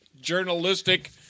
journalistic